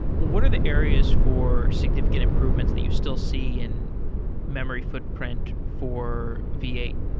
what are the areas for signifi cant improvements that you still see in memory footprint for v eight?